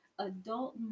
Adult